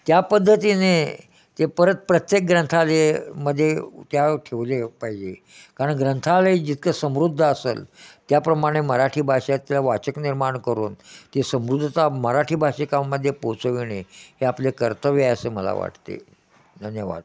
त्या पद्धतीने ते परत प्रत्येक ग्रंथालयमध्ये त्या ठेवले पाहिजे कारण ग्रंथालय जितकं समृद्ध असेल त्याप्रमाणे मराठी भाषेतल्या वाचक निर्माण करून ती समृद्धता मराठी भाषिकांमध्ये पोहोचविणे हे आपले कर्तव्य आहे असं मला वाटते धन्यवाद